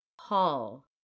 Hall